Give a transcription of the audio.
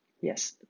Yes